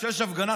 כשיש הפגנה,